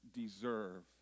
deserve